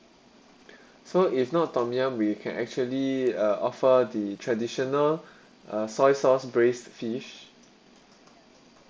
so if not tom yum we can actually uh offer the traditional uh soy sauce braised fish